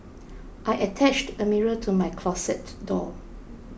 I attached a mirror to my closet door